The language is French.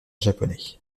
japonais